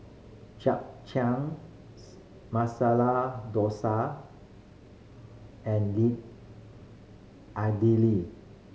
Japchae Masala Dosa and Idili